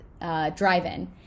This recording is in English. Drive-In